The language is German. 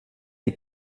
die